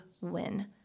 win